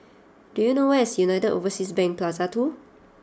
do you know where is United Overseas Bank Plaza Two